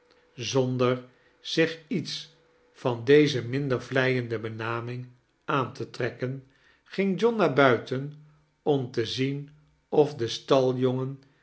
zander zieh iets van deze minder vleieade benajning aan te trekken ging john naaa buiten om te zien of de